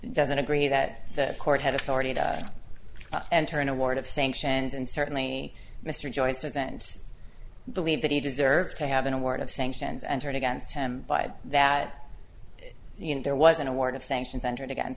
doesn't agree that the court had authority to enter an award of sanctions and certainly mr joyce doesn't believe that he deserved to have an award of sanctions and turned against him by that you know there was an award of sanctions entered again